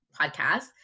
podcast